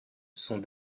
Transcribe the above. sont